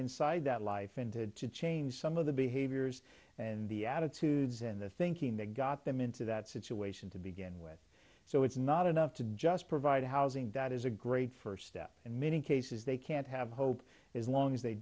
inside that life and had to change some of the behaviors and the attitudes and the thinking that got them into that situation to begin with so it's not enough to just provide housing that is a great first step in many cases they can't have hope is long as they